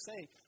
say